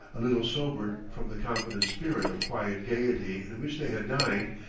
a little sobered from the confident spirit of quiet gaiety in which they had dined,